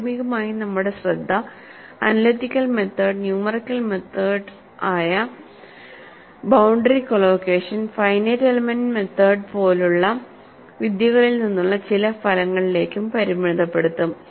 പ്രാഥമികമായി നമ്മുടെ ശ്രദ്ധ അനലിറ്റിക്കൽ മെത്തേഡ് ന്യൂമെറിക്കൽ മെത്തേഡ്സ് ആയ boundary collocation finite element method പോലുള്ള വിദ്യകളിൽ നിന്നുള്ള ചില ഫലങ്ങളിലേക്കും പരിമിതപ്പെടുത്തും